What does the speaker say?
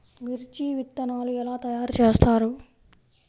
మిర్చి విత్తనాలు ఎలా తయారు చేస్తారు?